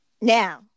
now